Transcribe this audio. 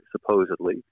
supposedly